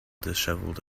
dishevelled